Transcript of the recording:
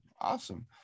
Awesome